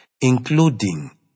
including